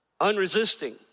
unresisting